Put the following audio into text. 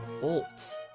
Bolt